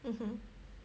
mmhmm